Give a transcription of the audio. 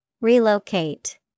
Relocate